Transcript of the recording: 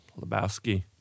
Lebowski